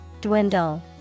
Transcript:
Dwindle